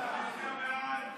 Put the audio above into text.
ההצעה להעביר את